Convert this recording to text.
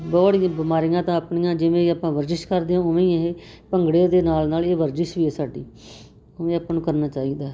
ਬਿਮਾਰੀਆਂ ਤਾਂ ਆਪਣੀਆਂ ਜਿਵੇਂ ਆਪਾਂ ਵਰਜਿਸ਼ ਕਰਦੇ ਹਾਂ ਉਵੇਂ ਹੀ ਇਹ ਭੰਗੜੇ ਦੇ ਨਾਲ ਨਾਲ ਇਹ ਵਰਜਿਸ਼ ਵੀ ਹੈ ਸਾਡੀ ਹੁਣ ਇਹ ਆਪਾਂ ਨੂੰ ਕਰਨਾ ਚਾਹੀਦਾ